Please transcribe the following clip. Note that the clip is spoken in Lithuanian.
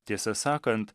tiesą sakant